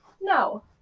no